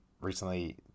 recently